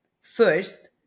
first